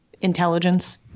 intelligence